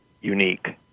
unique